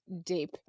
deep